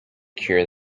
cure